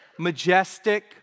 Majestic